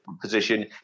position